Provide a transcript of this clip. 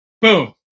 Boom